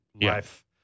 life